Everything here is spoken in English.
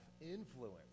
influence